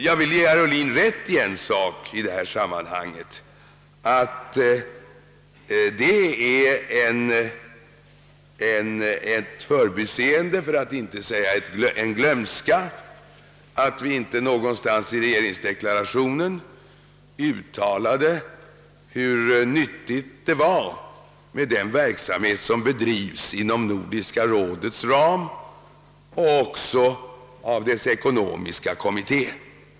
Jag vill ge herr Ohlin rätt i en sak i detta sammanhang: det är ett förbiseende, för att inte säga glömska, att vi inte någonstans i regeringsdeklarationen uttalat hur nyttig den verksamhet är som bedrives inom Nordiska rådet och dess ekonomiska kommitté.